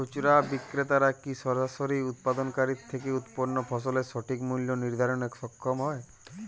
খুচরা বিক্রেতারা কী সরাসরি উৎপাদনকারী থেকে উৎপন্ন ফসলের সঠিক মূল্য নির্ধারণে সক্ষম হয়?